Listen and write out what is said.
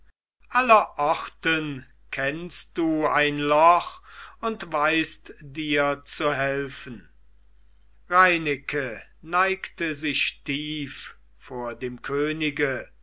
allerorten kennst du ein loch und weißt dir zu helfen reineke neigte sich tief vor dem könige